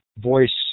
voice